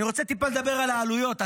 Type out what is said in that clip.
אני רוצה טיפה לדבר על העלויות.